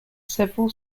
several